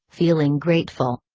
feeling grateful.